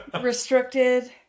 restricted